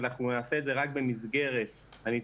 אנחנו נעשה את זה רק במסגרת הניתוח